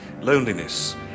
loneliness